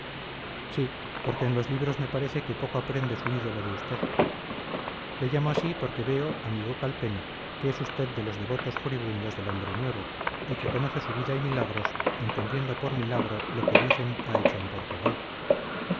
sí porque en los libros me parece que poco aprende su ídolo de usted le llamo así porque veo amigo calpena que es usted de los devotos furibundos del hombre nuevo y que conoce su vida y milagros entendiendo por milagro lo que dicen ha hecho en portugal